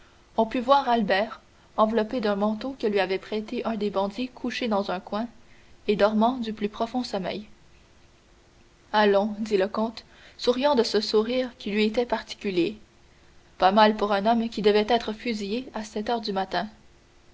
on put voir albert enveloppé d'un manteau que lui avait prêté un des bandits couché dans un coin et dormant du plus profond sommeil allons dit le comte souriant de ce sourire qui lui était particulier pas mal pour un homme qui devait être fusillé à sept heures du matin